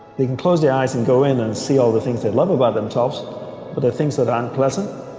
they can close the eyes and go in and see all the things they love about themselves but they're things that aren't pleasant